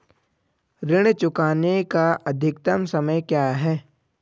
ऋण चुकाने का अधिकतम समय क्या है?